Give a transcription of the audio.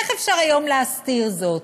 איך אפשר היום להסתיר זאת?